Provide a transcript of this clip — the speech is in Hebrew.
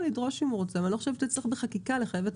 בחוזר מנכ"ל אם הוא רוצה לחייב את הרשות,